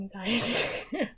anxiety